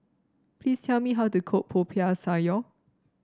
please tell me how to cook Popiah Sayur